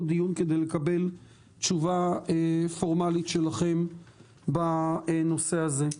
דיון כדי לקבל תשובה פורמאלית שלכם בנושא הזה.